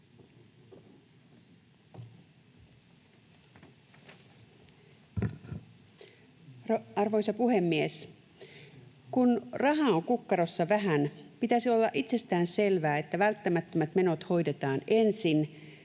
Arvoisa puhemies! Kun rahaa on kukkarossa vähän, pitäisi olla itsestäänselvää, että välttämättömät menot hoidetaan ensin,